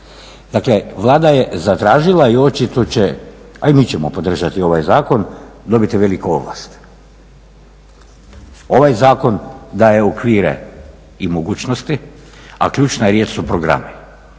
Dakle, Vlada je zatražila i očito će, a i mi ćemo podržati ovaj zakon, dobiti veliku ovlast. Ovaj zakon daje okvire i mogućnosti, a ključna riječ su programi